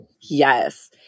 Yes